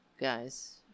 guys